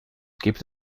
gibt